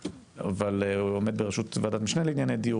הוא עומד בראשות ועדת משנה לענייני דיור,